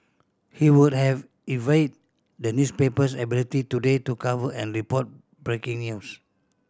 he would have envied the newspaper's ability today to cover and report breaking news